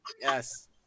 Yes